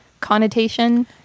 connotation